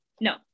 No